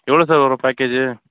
எவ்வளோ சார் வரும் பேக்கேஜ்ஜு